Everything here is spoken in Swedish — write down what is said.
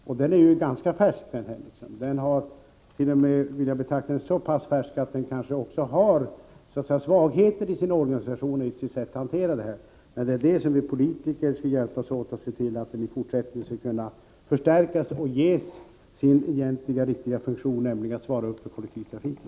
Denna organisation är ganska färsk, Sven Henricsson, t.o.m. så pass färsk att den kanske har svagheter i sättet att hantera dessa frågor. Men vi politiker skall hjälpas åt och se till att organisationen kan förstärkas i fortsättningen och ges sin egentliga funktion, nämligen att svara för kollektivtrafiken.